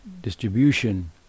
distribution